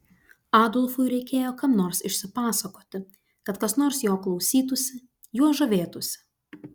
adolfui reikėjo kam nors išsipasakoti kad kas nors jo klausytųsi juo žavėtųsi